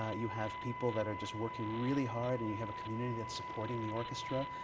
ah you have people that are just working really hard, and you have a community that's supporting the orchestra.